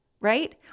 right